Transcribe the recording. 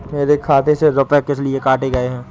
मेरे खाते से रुपय किस लिए काटे गए हैं?